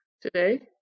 Today